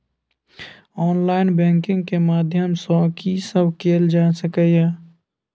Online banking के माध्यम सं की सब कैल जा सके ये?